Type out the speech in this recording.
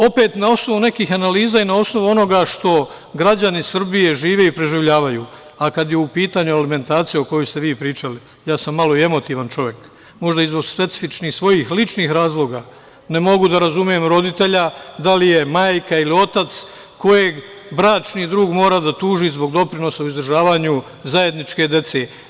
Opet na osnovu nekih analiza i na osnovu onoga što građani Srbije žive i preživljavaju, a kada je u pitanju alimentacija o kojoj ste vi pričali, ja sam malo i emotivan čovek, možda i zbog specifičnih svojih ličnih razloga, ne mogu da razumem roditelja, da li je majka ili otac kojeg bračni drug mora da tuži zbog doprinosa o izdržavanju zajedničke dece.